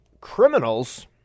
criminals